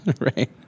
Right